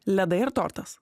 ledai ar tortas